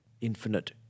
infinite